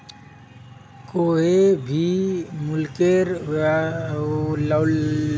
कोए भी मुल्केर व्यवसायिक गतिविधिर पोर संदी लेखाकार नज़र रखोह